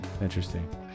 Interesting